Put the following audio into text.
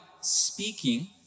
speaking